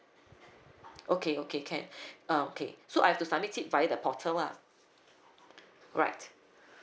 okay okay can uh okay so I have to submit it via the portal ah right